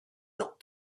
not